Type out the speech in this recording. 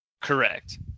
Correct